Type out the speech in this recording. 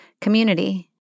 community